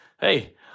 Hey